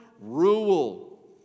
Rule